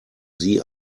sie